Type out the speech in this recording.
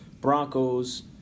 Broncos